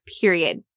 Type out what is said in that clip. period